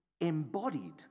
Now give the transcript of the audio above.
embodied